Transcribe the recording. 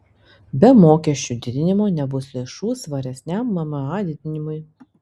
be mokesčių didinimo nebus lėšų svaresniam mma didinimui